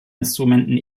instrumenten